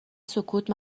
سکوت